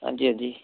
हांजी हांजी